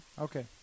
Okay